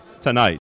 tonight